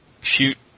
shoot